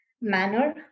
manner